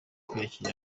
kwiyakira